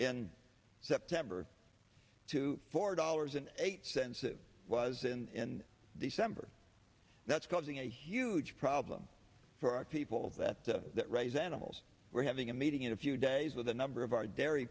in september to four dollars and eight cents it was in december that's causing a huge problem for our people that the that raise animals we're having a meeting in a few days with a number of our dairy